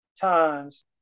times